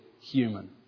human